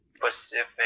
Pacific